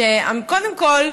קודם כול,